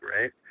Right